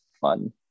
fun